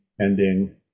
ending